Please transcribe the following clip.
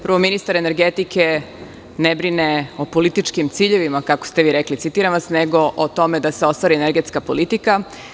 Prvo, ministar energetike ne brine o političkim ciljevima, kako ste vi rekli, citiram vas, nego o tome da se ostvari energetska politika.